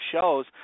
shows